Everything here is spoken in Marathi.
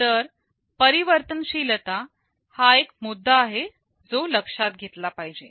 तर परिवर्तनशीलता हा एक मुद्दा आहे जो लक्षात घेतला पाहिजे